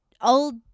old